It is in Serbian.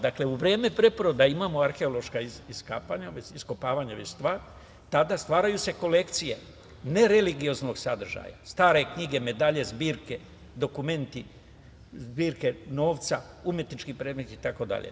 Dakle, u vreme preporoda imamo arheološka iskopavanja, tada stvaraju se kolekcije nereligioznog sadržaja – stare knjige, medalje, zbirke, dokumenti, zbirke novca, umetnički predmeti itd.